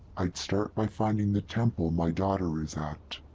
i'd start by finding the temple my daughter is at.